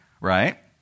right